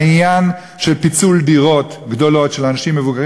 העניין של פיצול דירות גדולות של אנשים מבוגרים